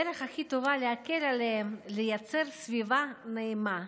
הדרך הכי טובה להקל עליהם היא לייצר סביבה נעימה,